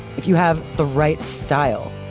if you have the right style,